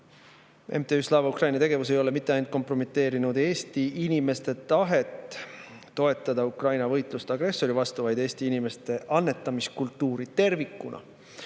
MTÜ Slava Ukraini tegevus ei ole kompromiteerinud mitte ainult Eesti inimeste tahet toetada Ukraina võitlust agressori vastu, vaid Eesti inimeste annetamiskultuuri tervikuna.